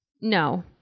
No